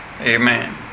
Amen